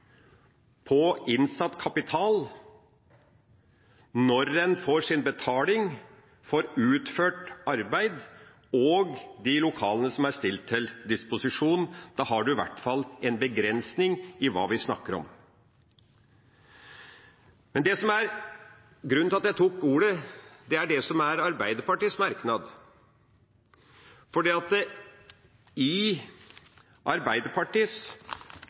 på innsatt kapital når en får sin betaling for utført arbeid og de lokalene som er stilt til disposisjon. Da har en i hvert fall en begrensning i hva vi snakker om. Men det som er grunnen til at jeg tok ordet, er Arbeiderpartiets merknad knyttet til dette. Der er det veldig uklart hvordan Arbeiderpartiet i